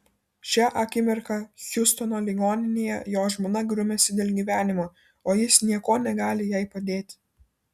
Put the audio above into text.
šią akimirką hjustono ligoninėje jo žmona grumiasi dėl gyvenimo o jis niekuo negali jai padėti